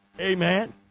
Amen